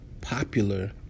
popular